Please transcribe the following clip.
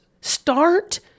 Start